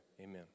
Amen